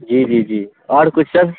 جی جی جی اور کچھ سر